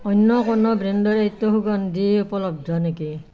অন্য কোনো ব্ৰেণ্ডৰ এইটো সুগন্ধি উপলব্ধ নেকি